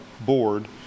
board